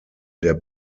der